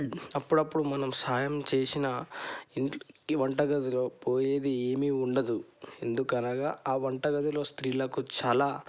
అప్పుడప్పుడు మనం సాయం చేసినా ఈ వంటగదిలో పోయేది ఏమీ ఉండదు ఎందుకనగా ఆ వంటగదిలో స్త్రీలకు చాలా